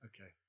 Okay